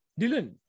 dylan